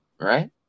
right